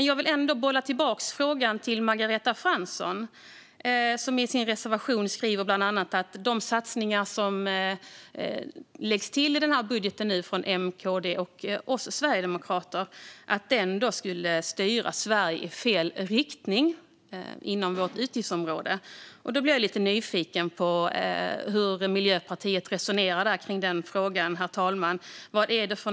Jag vill bolla tillbaka frågan till Margareta Fransson, som i sin reservation skrivit bland annat att de satsningar som läggs till i denna budget från M, KD och oss sverigedemokrater skulle styra Sverige i fel riktning inom utgiftsområdet. Jag blir lite nyfiken på hur Miljöpartiet resonerar kring den frågan, herr talman.